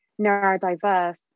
neurodiverse